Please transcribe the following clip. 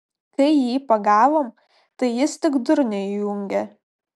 kai jį pagavom tai jis tik durnių įjungė